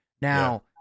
Now